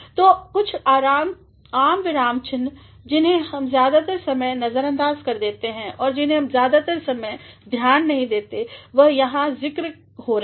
तो कुछ आम विराम चिह्न जिन्हें हम ज्यादातर समय नज़रअंदाज़ कर देते हैं या जिन्हें हम ज्यादातर समय ज्यादा ध्यान नहींदेते हैं वह यहाँ ज़िक्र हो रहे हैं